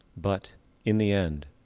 but in the end,